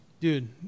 dude